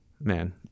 man